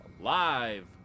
live